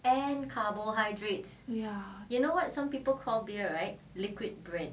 ya